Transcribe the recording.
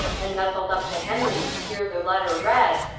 and nestled up to henry to hear the letter read,